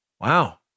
Wow